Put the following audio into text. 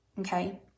okay